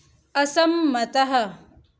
असम्मतः